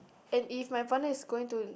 and if my partner is going to